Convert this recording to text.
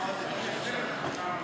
סליחה.